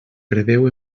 preveu